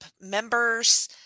members